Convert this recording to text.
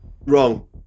Wrong